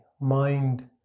mind